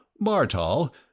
Bartol